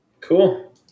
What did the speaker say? Cool